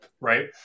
right